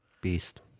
beast